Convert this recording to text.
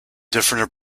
different